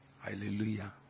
Hallelujah